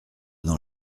dans